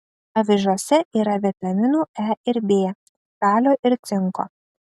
avižose yra vitaminų e ir b kalio ir cinko